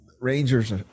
Rangers